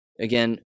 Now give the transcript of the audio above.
Again